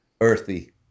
earthy